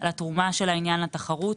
על התרומה של העניין לתחרות.